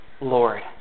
Lord